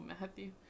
Matthew